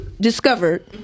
discovered